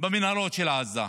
במנהרות של עזה.